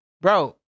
Bro